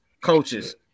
coaches